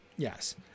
Yes